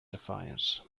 defiance